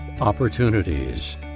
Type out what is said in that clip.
opportunities